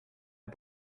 but